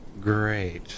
Great